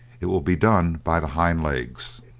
it will be done by the hind legs.